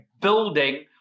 building